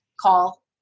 call